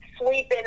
sweeping